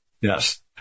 Yes